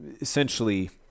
essentially